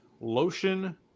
lotion